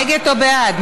נגד או בעד?